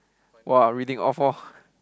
!wah! reading off lor